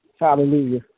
Hallelujah